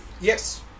Yes